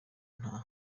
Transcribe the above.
nta